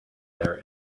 there